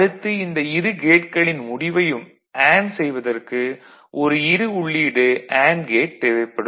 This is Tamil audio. அடுத்து இந்த இரு கேட்களின் முடிவையும் அண்டு செய்வதற்கு ஒரு 2 உள்ளீடு அண்டு கேட் தேவைப்படும்